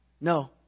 No